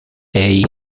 hey